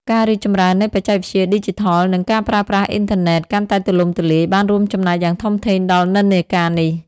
ការរីកចម្រើននៃបច្ចេកវិទ្យាឌីជីថល និងការប្រើប្រាស់អ៊ីនធឺណិតកាន់តែទូលំទូលាយ បានរួមចំណែកយ៉ាងធំធេងដល់និន្នាការនេះ។